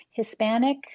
Hispanic